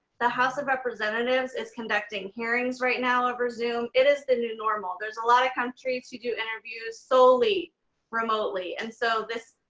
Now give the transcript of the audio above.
the house of representatives is conducting hearings right now over zoom. it is the new normal. there's a lot of country who do interviews solely remotely. and so this,